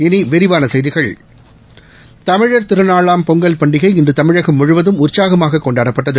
இனி விரிவான செய்திகள் தமிழ் திருநாளாம் பொங்கல் பண்டிகை இன்று தமிழகம் முழுவதும் உற்சாகமாக கொண்டாடப்பட்டது